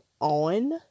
on